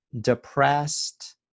depressed